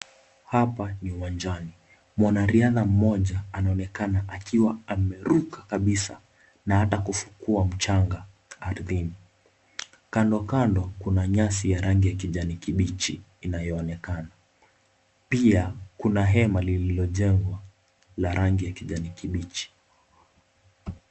Hapa ni uwanjani. Mwanariadha mmoja anaonekana akiwa ameruka kabisa na hata kufukua mchanga ardhini. Kando kando kuna nyasi ya rangi ya kijani kibichi inayoonekana. Pia kuna hema lililojengwa la rangi ya kijani kibichi.